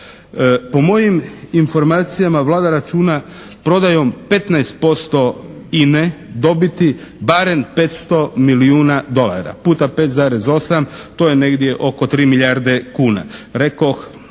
Po mojim informacijama Vlada računa prodajom 15% INA-e dobiti barem 500 milijuna dolara puta 5,8 to je negdje oko 3 milijarde kuna.